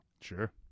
Sure